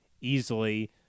easily